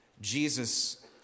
Jesus